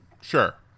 Sure